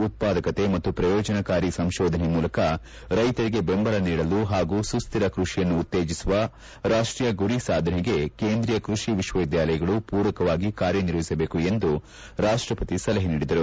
ಉತ್ಪಾದಕತೆ ಮತ್ತು ಪ್ರಯೋಜನಕಾರಿ ಸಂಶೋಧನೆ ಮೂಲಕ ರೈತರಿಗೆ ಬೆಂಬಲ ನೀಡುವ ಪಾಗೂ ಸುಶ್ಧಿರ ಕೃಷಿಯನ್ನು ಉತ್ತೇಜಿಸುವ ರಾಷ್ಟೀಯ ಗುರಿ ಸಾಧನೆಗೆ ಕೇಂದ್ರೀಯ ಕೃಷಿ ವಿಶ್ವವಿದ್ಯಾಲಯಗಳು ಮೂರಕವಾಗಿ ಕಾರ್ಯ ನಿರ್ವಹಿಸಬೇಕು ಎಂದು ರಾಷ್ಟಪತಿ ಸಲಹೆ ನೀಡಿದರು